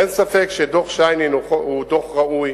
אין ספק שדוח-שיינין הוא דוח ראוי,